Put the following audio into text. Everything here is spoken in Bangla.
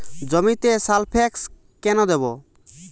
জমিতে সালফেক্স কেন দেবো?